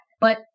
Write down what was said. but-